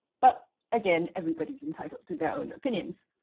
but again, everybody is entitled to their own opinions.